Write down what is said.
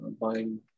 buying